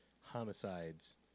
homicides